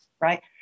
right